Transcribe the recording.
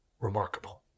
Remarkable